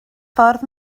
ffordd